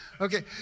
Okay